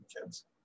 kids